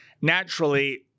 Naturally